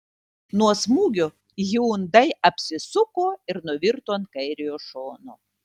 nuo smūgio hyundai apsisuko ir nuvirto ant kairiojo šono